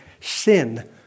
sin